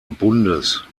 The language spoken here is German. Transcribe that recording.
bundes